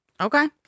Okay